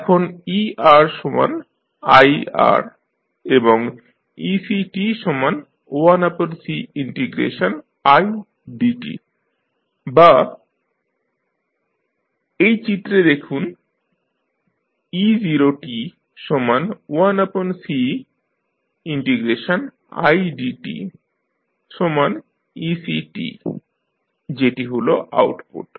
এখন eRIR এবং eCt1Cidt বা এই চিত্র দেখুন e0t1CidteC যেটি হল আউটপুট